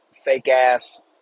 fake-ass